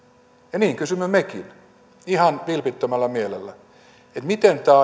ja niin kysymme mekin ihan vilpittömällä mielellä miten tämä